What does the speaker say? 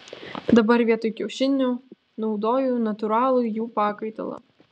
dabar vietoj kiaušinių naudoju natūralų jų pakaitalą